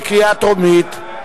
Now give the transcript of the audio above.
בקריאה טרומית.